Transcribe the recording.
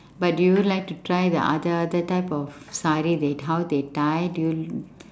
but do you like to try the other other type of sari they how they tie do you